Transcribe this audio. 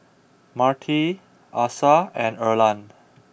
Marti Asa and Erland